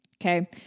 Okay